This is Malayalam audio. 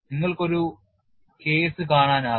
നിങ്ങൾക്ക് ഒരു കേസ് കാണാനാകും